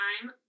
time